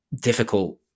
difficult